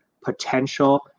potential